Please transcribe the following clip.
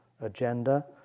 agenda